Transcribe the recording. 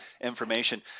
information